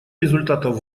результатов